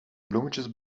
bloemetjes